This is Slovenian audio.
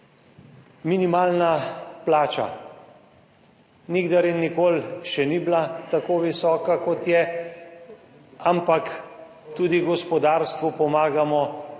minimalna plača. Nikdar in nikoli še ni bila tako visoka, kot je, ampak tudi gospodarstvu pomagamo